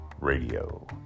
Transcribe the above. Radio